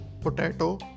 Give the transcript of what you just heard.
potato